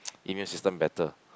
immune system better